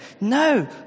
No